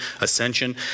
ascension